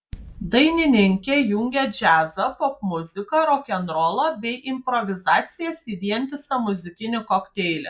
dainininkė jungia džiazą popmuziką rokenrolą bei improvizacijas į vientisą muzikinį kokteilį